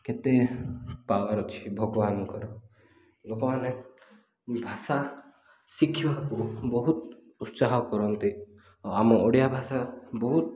କେତେ ପାୱାର୍ ଅଛି ଭଗବାନଙ୍କର ଲୋକମାନେ ଭାଷା ଶିଖିବାକୁ ବହୁତ ଉତ୍ସାହ କରନ୍ତି ଆଉ ଆମ ଓଡ଼ିଆ ଭାଷା ବହୁତ